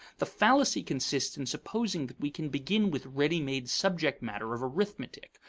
the fallacy consists in supposing that we can begin with ready-made subject matter of arithmetic,